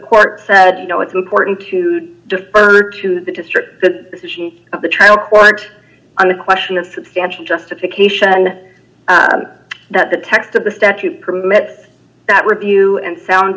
court said you know it's important to defer to the district that the trial court on a question of substantial justification and that the text of the statute permits that review and sound